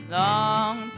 long